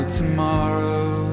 tomorrow